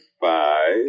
five